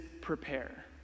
prepare